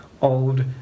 old